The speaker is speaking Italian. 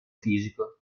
fisico